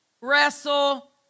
wrestle